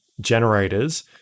generators